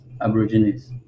Aborigines